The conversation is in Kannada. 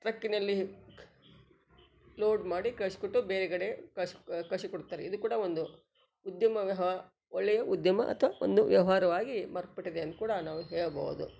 ಟ್ರಕ್ನಲ್ಲಿ ಲೋಡ್ ಮಾಡಿ ಕಳಿಸ್ಕೊಟ್ಟು ಬೇರೆ ಕಡೆ ಕಳ್ಸಿ ಕಳಿಸಿಕೊಡುತ್ತಾರೆ ಇದು ಕೂಡ ಒಂದು ಉದ್ಯಮ ವ್ಯವ್ಹಾ ಒಳ್ಳೆಯ ಉದ್ಯಮ ಅಥ್ವಾ ಒಂದು ವ್ಯವಹಾರವಾಗಿ ಮಾರ್ಪಟ್ಟಿದೆ ಅಂದು ಕೂಡ ನಾವು ಹೇಳಬೌದು